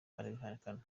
arabihakana